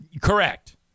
Correct